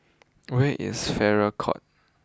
where is Farrer court